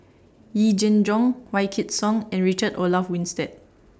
Yee Jenn Jong Wykidd Song and Richard Olaf Winstedt